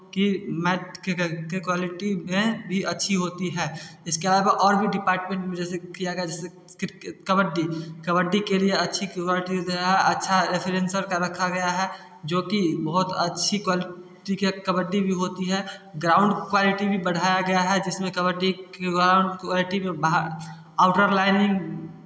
की मैट के क्वालिटी में भी अच्छी होती है इसके अलावा और भी डिपार्टमेंट मुझे किया गया जैसे कबड्डी कबड्डी के लिए अच्छी क्वालिटी रखा गया है अच्छा रिफ्रेंसर रखा गया है जो कि बहुत अच्छी क्वालिटी कि कबड्डी भी होती है ग्राउंड क्वालिटी भी बढ़ाया गया है जिसमें कबड्डी के कारण बाहर आउटर लाइन